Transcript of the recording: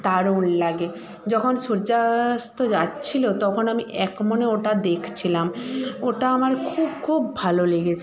দারুণ লাগে যখন সূর্যাস্ত যাচ্ছিলো তখন আমি একমনে ওটা দেখছিলাম ওটা আমার খুব খুব ভালো লেগেছে